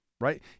right